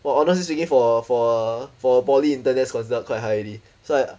!wah! honestly speaking for a for a for a poly intern that's considered quite high already so I